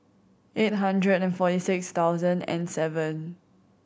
eight hundred and forty six thousand and seven